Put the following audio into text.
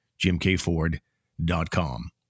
jimkford.com